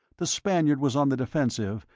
the spaniard was on the defensive,